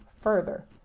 further